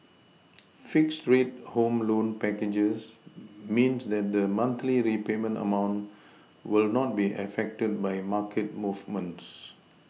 fixed rate home loan packages means that the monthly repayment amount will not be affected by market movements